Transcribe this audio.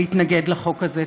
להתנגד לחוק הזה.